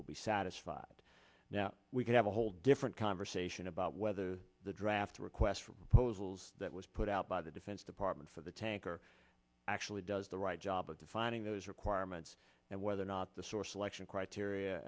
will be satisfied now we could have a whole different conversation about whether the draft request for proposals that was put out by the defense department for the tanker actually does the right job of defining those requirements and whether or not the source election criteria